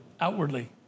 outwardly